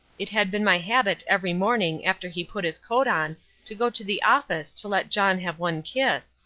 it had been my habit every morning after he put his coat on to go to the office to let john have one kiss,